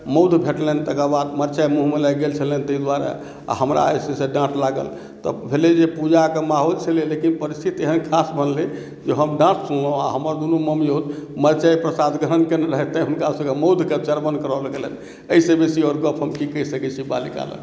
मधु भेटलैन्ह तकर बाद मिरचाइ मुँहमे लागि गेल छलैन्ह ताहि दुआरे आ हमरा जे छै से डाँट लागल तऽ भेलै जे पूजाके माहौल छलै लेकिन परिस्थिति एहन खास बनलै जे हम डाँट सुनलहुँ आ हमर दुनू ममियौत मरचाइ प्रसाद ग्रहण कयने रहथि तैँ हुनका सभके मधुके चरवन कराओल गेलैन्ह एहिसँ बेसी गप्प हम आओर की कहि सकैत छी बाल्यकालक